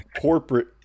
corporate